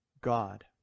God